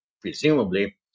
presumably